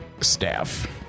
staff